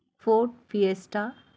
ford fiesta